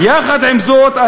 יחד עם זאת,